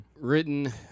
Written